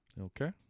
okay